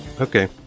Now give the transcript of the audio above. Okay